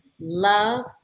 love